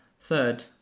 Third